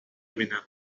بیینم